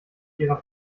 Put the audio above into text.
ihrer